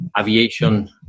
aviation